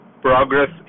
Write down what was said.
Progress